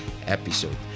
episode